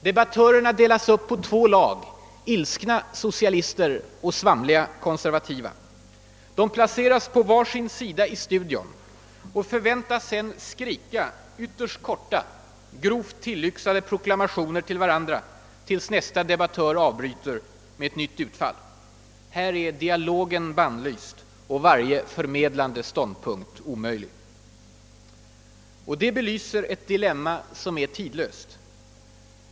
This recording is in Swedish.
Debattörerna delas upp i två lag, ilskna socialister och svamliga konservativa. De placeras på var sin sida i studion och förväntas sedan skrika ytterst korta och grovt tillyxade proklamationer till varandra tills nästa de battör avbryter med ett nytt utfall. Här är dialogen bannlyst och varje förmedlande ståndpunkt omöjlig. Det belyser ett dilemma som är tidlöst.